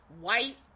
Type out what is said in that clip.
white